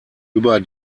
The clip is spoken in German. über